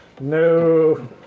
no